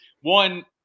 One